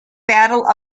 battle